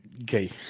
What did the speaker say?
okay